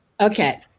Okay